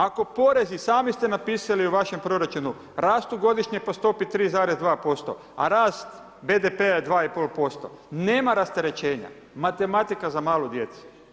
Ako porezi, sami ste napisali u vašem proračunu rastu godišnje po stopi 3,2% a rast BDP-a je 2,5%, nema rasterećenja, matematika za malu djecu.